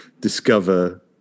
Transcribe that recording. discover